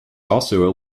also